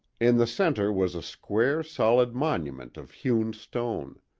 in the center was a square, solid monument of hewn stone.